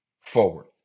Forward